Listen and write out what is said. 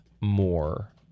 more